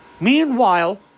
Meanwhile